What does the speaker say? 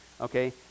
Okay